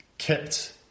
kept